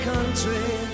Country